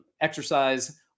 exercise